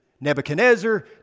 Nebuchadnezzar